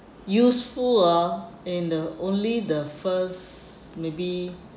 useful uh in the only the first maybe